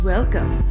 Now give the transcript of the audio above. Welcome